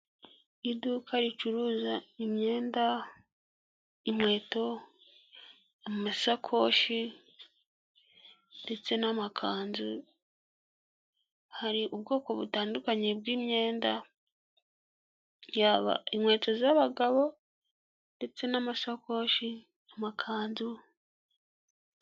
Iduka ricuruza imyenda, inkweto, amasakoshi ndetse n'amakanzu, hari ubwoko butandukanye bw'imyenda yaba inkweto z'abagabo ndetse n'amasakoshi, amakanzu...